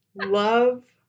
Love